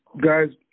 guys